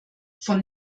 von